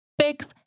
Fix